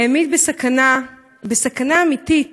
העמיד בסכנה, בסכנה אמיתית,